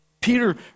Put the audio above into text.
Peter